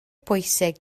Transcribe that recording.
pwysig